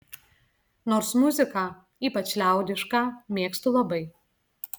nors muziką ypač liaudišką mėgstu labai